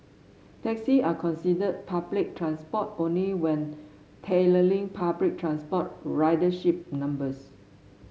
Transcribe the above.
taxis are considered public transport only when tallying public transport ridership numbers